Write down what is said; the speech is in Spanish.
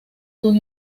sus